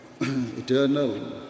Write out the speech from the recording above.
eternal